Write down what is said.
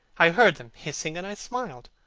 i heard them hissing, and i smiled.